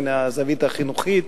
מהזווית החינוכית,